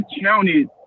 counted